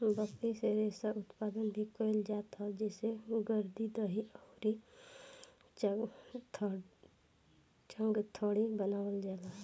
बकरी से रेशा उत्पादन भी कइल जात ह जेसे गद्दी, दरी अउरी चांगथंगी बनावल जाएला